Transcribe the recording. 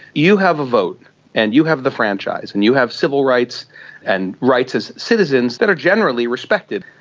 you have a vote and you have the franchise and you have civil rights and rights as citizens that are generally respected.